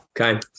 Okay